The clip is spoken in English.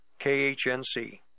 KHNC